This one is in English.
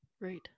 right